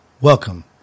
Welcome